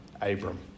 Abram